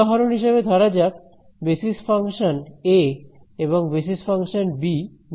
উদাহরণ হিসেবে ধরা যাক বেসিস ফাংশন এ এবং বেসিস ফাংশন বি নেওয়া হলো